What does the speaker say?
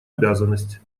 обязанность